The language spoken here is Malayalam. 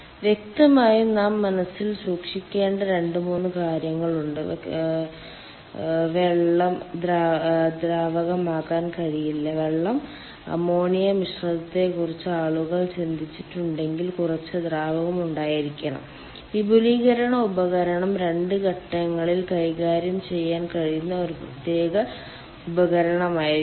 വ്യക്തമായും നാം മനസ്സിൽ സൂക്ഷിക്കേണ്ട രണ്ട് മൂന്ന് കാര്യങ്ങളുണ്ട് വ്യക്തമായും വെള്ളം ദ്രാവകമാകാൻ കഴിയില്ല വെള്ളം അമോണിയ മിശ്രിതത്തെക്കുറിച്ച് ആളുകൾ ചിന്തിച്ചിട്ടുണ്ടെങ്കിലും കുറച്ച് ദ്രാവകം ഉണ്ടായിരിക്കണം വിപുലീകരണ ഉപകരണം രണ്ട് ഘട്ടങ്ങൾ കൈകാര്യം ചെയ്യാൻ കഴിയുന്ന ഒരു പ്രത്യേക ഉപകരണമായിരിക്കും